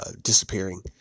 disappearing